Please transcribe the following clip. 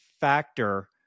factor